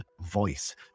voice